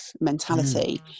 mentality